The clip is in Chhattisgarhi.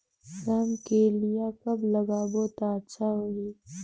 रमकेलिया कब लगाबो ता अच्छा होही?